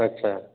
ᱟᱪᱪᱷᱟ